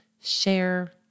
share